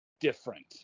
Different